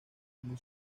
muy